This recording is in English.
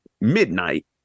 midnight